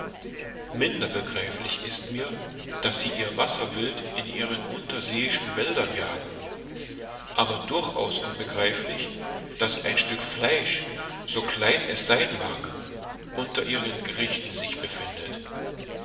minder begreiflich ist mir daß sie ihr wasserwild in ihren unterseeischen wäldern jagen aber durchaus unbegreiflich daß ein stück fleisch so klein es sein mag unter ihren gerichten sich findet